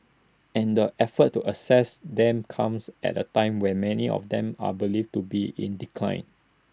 and the effort to assess them comes at A time when many of them are believed to be in decline